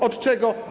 Od czego?